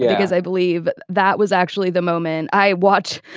because i believe that was actually the moment i watch.